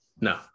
No